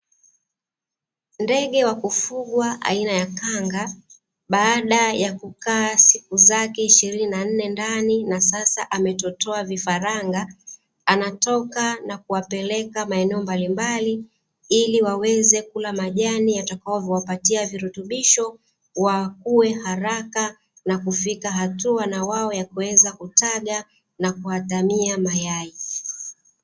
Ndege wa kufugwa aina ya kanga baada ya kukaa siku zake ishirini na nne ndani, na sasa ametotoa vifaranga ametoka na kuwapeleka maeneo mbalimbali ili waweze kula majani yatayowapatia virutubisho wakuwe haraka nakufika hatua waweze kutaga na kuyatamia mayai .